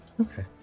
Okay